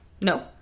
No